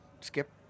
skip